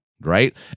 right